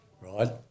right